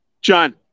John